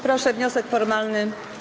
Proszę, wniosek formalny.